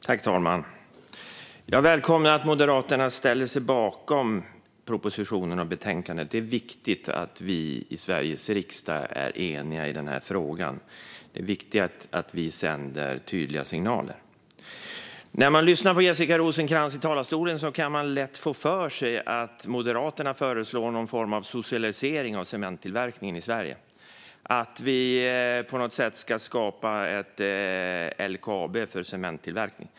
Herr talman! Jag välkomnar att Moderaterna ställer sig bakom propositionen och betänkandet. Det är viktigt att vi i Sveriges riksdag är eniga i denna fråga. Det är viktigt att vi sänder tydliga signaler. När man lyssnar på Jessica Rosencrantz i talarstolen kan man lätt få för sig att Moderaterna föreslår någon form av socialisering av cementtillverkningen i Sverige, att vi på något sätt ska skapa ett LKAB för cementtillverkning.